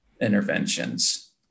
interventions